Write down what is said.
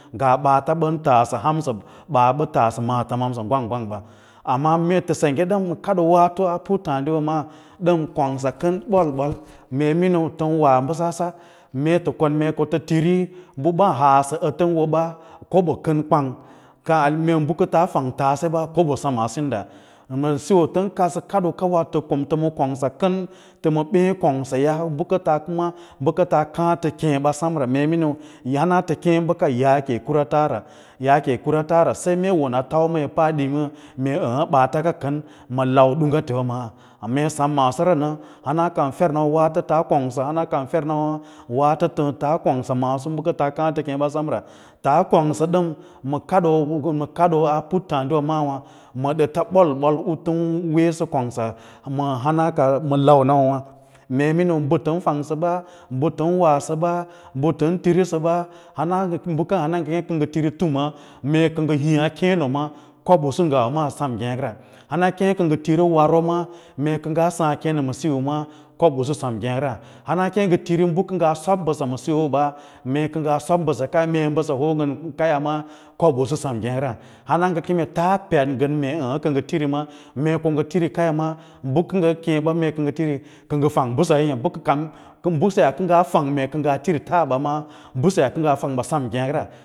Ngaa ɓaata ɓan taasə hansə taa maatəmamsa hwan gwang wa, amma mee tə senggə ɗəm kadoo waato a puttǎǎdiwa maa ɗəm kongsa kəm ɓol-ɓol, mee miniu tən ura bəsasa mee tə kon mee ko tə tiri bə ɓaa halasə ətə wo ɓa koɓaa kən kwang kai meen bə kətaa fang tase ɓa kobo semma sinda ma siyo tən kaɗsə kaɗoo waato tə ma kongsa kən tə ma ɓěě kongsaya bə kə taa kaã tə keẽ ɓa sem ra mee miniu hana tə keẽ bəka yaake kwaata ra, yaake kurata ra saí mee won a kau hê paa ɗimaa mee əəyə ɓaata ka kən lau dungatewa ma ale mee sem maasora nə hana ka a fenawâ waato taa kongsa hana kan fernawā waato taa kongsa maaso waato tə kaã fə keẽ bəkara sem ra, taa kongsa dən ma ka ɗoo ma kaɗoo ura a peittaadiwa maawâ ma ɗəta ɓol-ɓol u tən weesə kongsa ma hana ka ma launawâwâ mee miniu mbə tən faugsə ɓa, bə tən wasəba, mbə tən tirisəba hana kan bəka kem kə ngə tiri tuma mee ngə hiĩy keeno ma koboꞌusu ngawa maa sem ngêk ra, hana keẽ kə ngə tiri waro ma mee kə ngaa sǎǎ kẽno ma siyo ma kobꞌusu sem nkgêk ra hana keẽ kə ngə tiri bə kə ngaa son mbəsa ma siyo ba mee kə ngaa sob, mbəsa mee mbəsa ho ngən kaya ma kob ꞌusu sem gêk ra hana ngə peɗ ngən əətə kə ngə tiri ma mee ko ngə tiri kaya ma bə kə ngən keẽ ɓa mee kə tiri, kə ngə fang mbəseyah hê, mbəseyau kə ngaa fang mee kə ngaa tiri taꞌa ɓa maa mbəseyaa kə ngaa fang ma sem ngêkelekra.